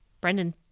Brendan